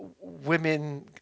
women